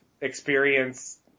experience